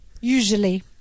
Usually